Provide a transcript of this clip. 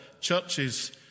churches